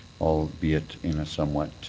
albeit in a somewhat